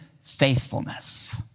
Faithfulness